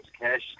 Cash